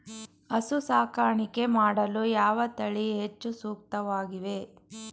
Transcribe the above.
ಹಸು ಸಾಕಾಣಿಕೆ ಮಾಡಲು ಯಾವ ತಳಿ ಹೆಚ್ಚು ಸೂಕ್ತವಾಗಿವೆ?